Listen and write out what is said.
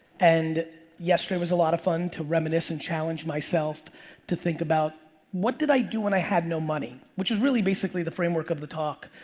and yesterday was a lot of fun to reminisce and challenge myself to think about what did i do when i had no money? which is really basically the framework of the talk,